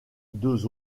deux